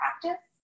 practice